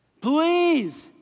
please